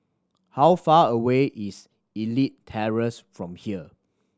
how far away is Elite Terrace from here